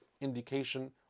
indication